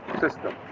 system